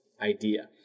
idea